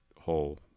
whole